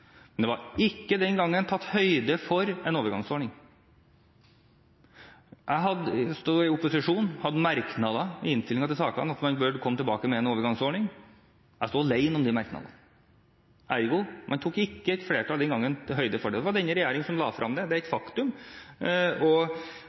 men det var ikke den gangen tatt høyde for en overgangsordning. Jeg var i opposisjon og hadde merknader i innstillingen til sakene om at man burde komme tilbake med en overgangsordning. Jeg sto alene om de merknadene. Ergo tok ikke flertallet den gangen høyde for det. Det var denne regjeringen som la det frem, det er et faktum.